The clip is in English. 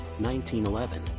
1911